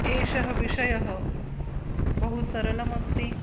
एषः विषयः बहु सरलमस्ति